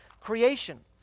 creation